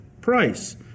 price